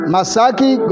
Masaki